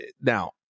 now